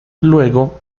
luego